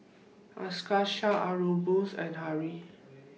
Akshay Aurangzeb and Hri